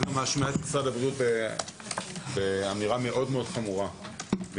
את מאשימה את משרד הבריאות באמירה מאוד חמורה ויהיו